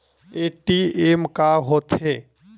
ATM का होथे?